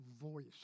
Voice